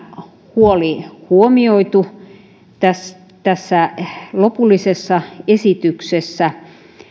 huoli huomioitu tässä lopullisessa esityksessä